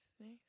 nice